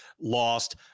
lost